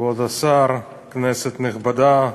כבוד השר, כנסת נכבדה,